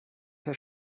herr